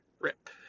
Rip